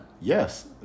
Yes